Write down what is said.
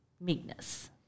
meekness